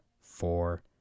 four